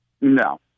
no